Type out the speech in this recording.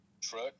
Truck